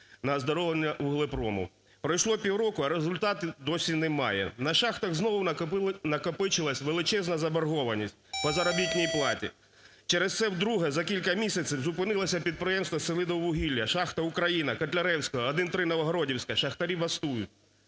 на оздоровлення вуглепрому. Пройшло півроку, а результату досі нема. На шахтах знову накопичилась величезна заборгованість по заробітній платі. Через це вдруге за кілька місяців зупинилось підприємство "Селидіввугілля", шахта "Україна", "Котляревського", "1-3 Новогродівська" – шахтарі бастують.